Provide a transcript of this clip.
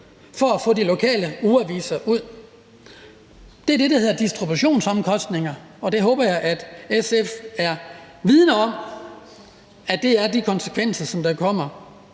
at få de lokale ugeaviser ud. Det er det, der hedder distributionsomkostninger, og jeg håber, at SF er vidende om, at det er konsekvenserne af det.